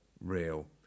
real